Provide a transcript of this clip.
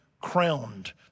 crowned